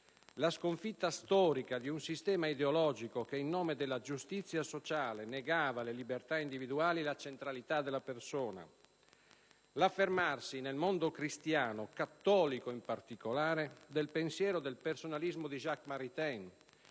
la sconfitta storica di un sistema ideologico che in nome della giustizia sociale negava le libertà individuali e la centralità della persona; l'affermarsi nel mondo cristiano, cattolico in particolare, del pensiero del personalismo di Jacques Maritain